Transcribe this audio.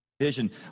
Vision